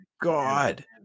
God